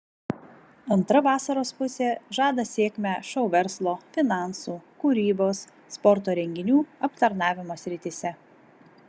antra vasaros pusė žada sėkmę šou verslo finansų kūrybos sporto renginių aptarnavimo srityse